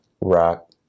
rock